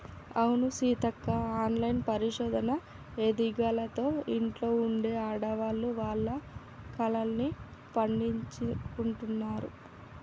అవును సీతక్క ఆన్లైన్ పరిశోధన ఎదికలతో ఇంట్లో ఉండే ఆడవాళ్లు వాళ్ల కలల్ని పండించుకుంటున్నారు